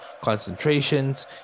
concentrations